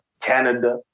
Canada